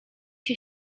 się